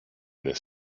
this